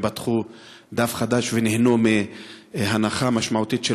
פתחו דף חדש ונהנו מהנחה משמעותית של